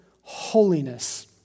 holiness